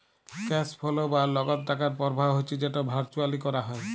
cash flow বা লগদ টাকার পরবাহ হচ্যে যেট ভারচুয়ালি ক্যরা হ্যয়